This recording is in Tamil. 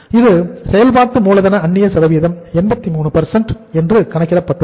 இது செயல்பாட்டு மூலதன அந்நிய சதவீதம் 83 என்று கணக்கிடப்பட்டுள்ளது